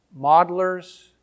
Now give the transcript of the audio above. modelers